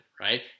right